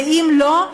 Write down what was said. ואם לא,